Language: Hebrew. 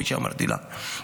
כפי שאמרתי לך.